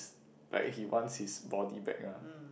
like he wants his body back ah